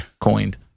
Coined